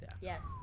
Yes